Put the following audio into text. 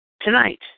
Tonight